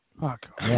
Fuck